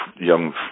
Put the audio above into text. young